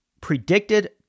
predicted